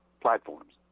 platforms